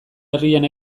herrian